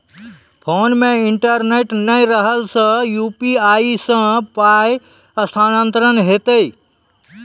Phone मे internet नै रहला सॅ, यु.पी.आई सॅ पाय स्थानांतरण हेतै?